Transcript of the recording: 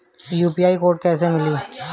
UPI code कैसे मिली?